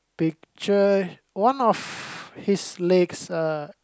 picture one of his legs uh